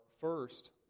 first